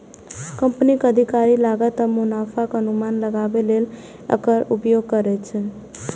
कंपनीक अधिकारी लागत आ मुनाफाक अनुमान लगाबै लेल एकर उपयोग करै छै